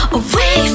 away